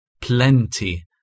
plenty